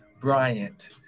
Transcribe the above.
Bryant